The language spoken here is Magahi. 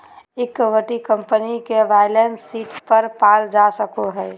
इक्विटी कंपनी के बैलेंस शीट पर पाल जा सको हइ